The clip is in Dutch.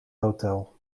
hotel